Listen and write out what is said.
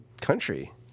country